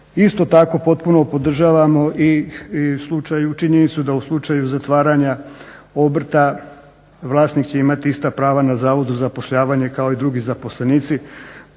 Isto tako potpuno podržavamo i činjenicu da u slučaju zatvaranja obrta vlasnik će imati ista prava na Zavodu za zapošljavanje kao i drugi zaposlenici,